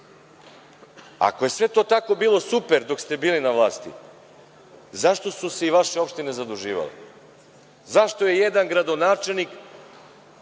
je sve to tako bilo super dok ste bili na vlasti, zašto su se i vaše opštine zaduživale? Zašto je jedan gradonačelnik